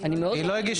לי נאמר